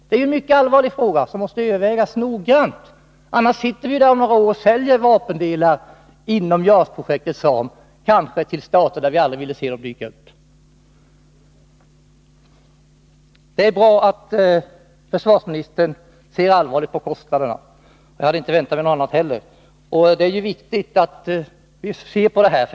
Det är en mycket allvarlig fråga, som måste övervägas noggrant, annars sitter vi där om några år och säljer vapendelar inom JAS-projektets ram, kanske till stater där vi aldrig ville se dem dyka upp. Det är bra att försvarsministern ser allvarligt på kostnaderna. Jag hade inte väntat mig något annat heller. Det är ju viktigt att vi ser över detta.